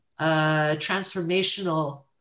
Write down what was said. transformational